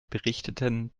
berichteten